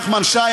נחמן שי,